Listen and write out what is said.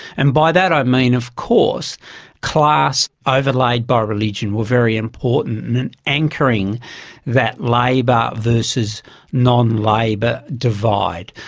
and by that i mean of course class overlaid by religion were very important in anchoring that labor versus non-labor divide.